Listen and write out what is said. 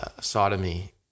sodomy